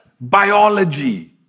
biology